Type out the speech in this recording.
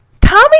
Tommy